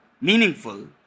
meaningful